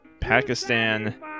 Pakistan